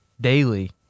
daily